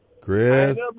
Chris